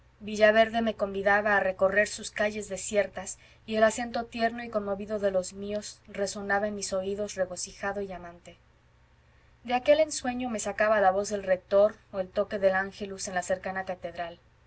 padres villaverde me convidaba a recorrer sus calles desiertas y el acento tierno y conmovido de los míos resonaba en mis oídos regocijado y amante de aquel ensueño me sacaba la voz del rector o el toque de ángelus en la cercana catedral